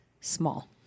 small